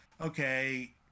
okay